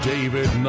David